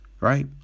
right